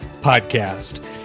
Podcast